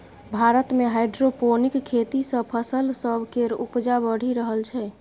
भारत मे हाइड्रोपोनिक खेती सँ फसल सब केर उपजा बढ़ि रहल छै